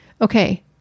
okay